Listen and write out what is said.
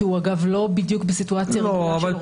שהוא אגב לא בדיוק בסיטואציה רגילה של עורך